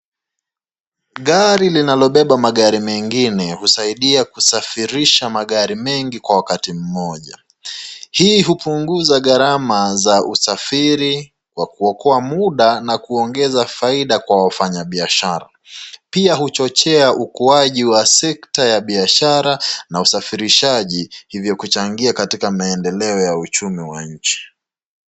Gari linalobeba magari mengine husaidia kusafirisha magari mengi kwa wakati moja. Hii hupunguza gharama za usafiri kwa kuokoa muda na kuongeza faida kwa wafanyibiashara. Pia huchochea ukuaji wa sekta ya biashara na usafirishaji hivyo kuchangia katika maendeleo wa uchumi wa nchi